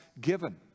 given